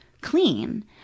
clean